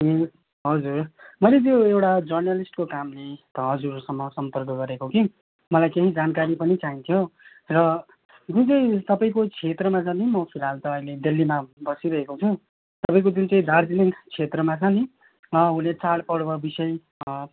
ए हजुर मैले त्यो एउटा जर्नलिस्टको कामले हजुरहरूसँग सम्पर्क गरेको हो कि मलाई केही जानकारी पनि चाहिन्थ्यो र जुन चाहिँ तपाईँको क्षेत्रमा छ नि फिलहाल त म अहिले देल्लीमा बसिरहेको छु तपाईँको जुन चाहिँ दार्जिलिङ क्षेत्रमा छ नि वहाँ हुने चाडपर्व विषय